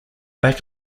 back